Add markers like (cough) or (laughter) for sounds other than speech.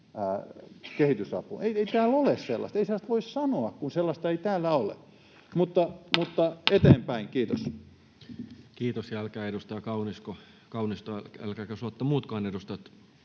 kehitysapuun. Ei täällä ole sellaista. Ei sellaista voi sanoa, kun sellaista ei täällä ole. (noise) Mutta eteenpäin. — Kiitos. Kiitos. Ja älkää edustaja Kaunisto ja älkääkä suotta muutkaan edustajat